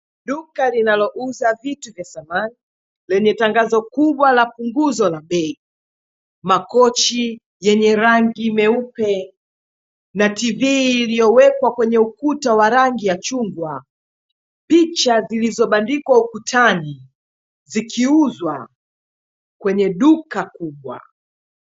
Duka linalouza vitu vya samani lenye tangazo kubwa la punguzo la bei, makochi yenye rangi meupe na tv iliyowekwa kwenye ukuta wa rangi ya chungwa, picha zilizobandikwa ukutani zikiuzwa kwenye duka kubwa.